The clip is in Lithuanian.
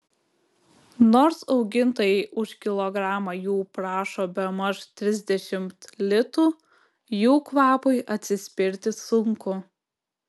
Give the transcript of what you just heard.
nors augintojai už kilogramą jų prašo bemaž trisdešimt litų jų kvapui atsispirti sunku